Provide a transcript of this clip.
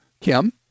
Kim